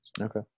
Okay